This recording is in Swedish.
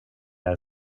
med